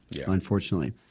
unfortunately